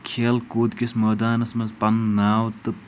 کھیل کوٗد کِس مٲدانَس منٛز پَنُن ناو تہٕ